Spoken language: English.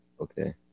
Okay